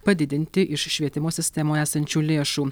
padidinti iš švietimo sistemoj esančių lėšų